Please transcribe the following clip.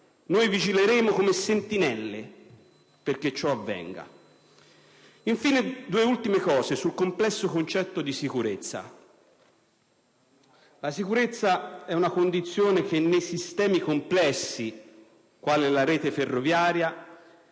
noi vigileremo come sentinelle perché ciò avvenga. Infine, vorrei fare due ultime considerazioni sul complesso concetto di sicurezza. La sicurezza è una condizione che nei sistemi complessi, quali anche la rete ferroviaria,